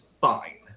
fine